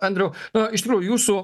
andriau nu iš tikrųjų jūsų